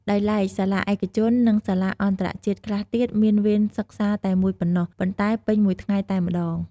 ដោយឡែកសាលាឯកជន និងសាលាអន្តរជាតិខ្លះទៀតមានវេនសិក្សាតែមួយប៉ុណ្ណោះ ប៉ុន្តែពេញមួយថ្ងៃតែម្ដង។